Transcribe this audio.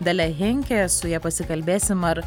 dalia henke su ja pasikalbėsim ar